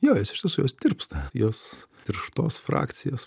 jo jos iš tiesų jos tirpsta jos tirštos frakcijos